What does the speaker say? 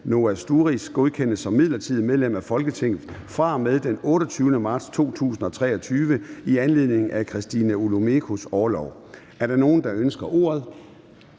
Noah Sturis, godkendes som midlertidigt medlem af Folketinget fra og med den 28. marts 2023 i anledning af Christina Olumekos orlov. Er der nogen, der ønsker ordet?